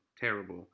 terrible